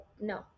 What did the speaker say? no